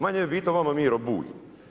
Manje je bitan vama Miro Bulj.